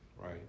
right